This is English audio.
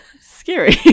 Scary